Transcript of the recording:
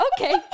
okay